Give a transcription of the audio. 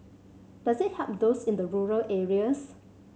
does it help those in the rural areas